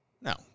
No